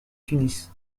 tunis